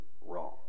wrong